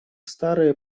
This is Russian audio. старые